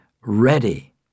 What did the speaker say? ready